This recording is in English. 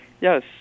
Yes